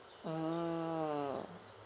mmhmm